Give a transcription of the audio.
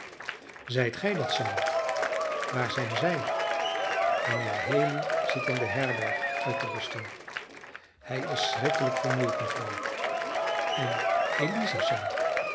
zijt gij dat sam waar zijn zij mijnheer haley zit in de herberg uit te rusten hij is schrikkelijk vermoeid mevrouw en eliza